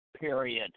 period